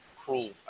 cruel